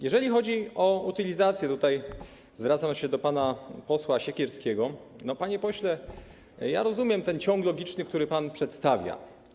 Jeżeli chodzi o utylizację - tutaj zwracam się do pana posła Siekierskiego - to, panie pośle, ja rozumiem ten ciąg logiczny, który pan przedstawia.